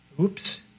oops